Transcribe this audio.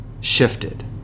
shifted